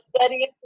studying